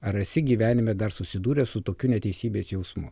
ar esi gyvenime dar susidūręs su tokiu neteisybės jausmu